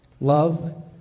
Love